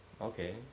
Okay